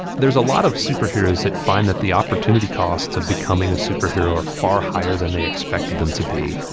there's a lot of superheroes that find that the opportunity costs of becoming a superhero are far higher than they expected them to be.